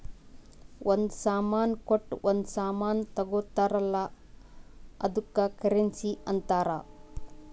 ಒಂದ್ ಸಾಮಾನ್ ಕೊಟ್ಟು ಒಂದ್ ಸಾಮಾನ್ ತಗೊತ್ತಾರ್ ಅಲ್ಲ ಅದ್ದುಕ್ ಕರೆನ್ಸಿ ಅಂತಾರ್